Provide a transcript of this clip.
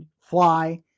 fly